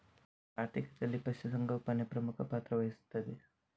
ಆರ್ಥಿಕತೆಯಲ್ಲಿ ಪಶು ಸಂಗೋಪನೆ ಪ್ರಮುಖ ಪಾತ್ರ ವಹಿಸುತ್ತದೆ